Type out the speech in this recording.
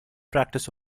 practice